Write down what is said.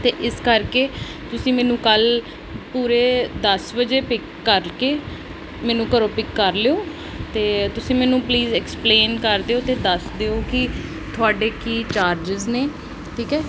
ਅਤੇ ਇਸ ਕਰਕੇ ਤੁਸੀਂ ਮੈਨੂੰ ਕੱਲ੍ਹ ਪੂਰੇ ਦਸ ਵਜੇ ਪਿੱਕ ਕਰਕੇ ਮੈਨੂੰ ਘਰੋਂ ਪਿੱਕ ਕਰ ਲਿਓ ਅਤੇ ਤੁਸੀਂ ਮੈਨੂੰ ਪਲੀਜ਼ ਐਕਸਪਲੇਨ ਕਰ ਦਿਓ ਅਤੇ ਦੱਸ ਦਿਓ ਕਿ ਤੁਹਾਡੇ ਕੀ ਚਾਰਜਸ ਨੇ ਠੀਕ ਹੈ